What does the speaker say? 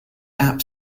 app